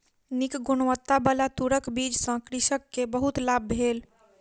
नीक गुणवत्ताबला तूरक बीज सॅ कृषक के बहुत लाभ भेल